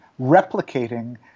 replicating